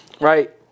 Right